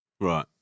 right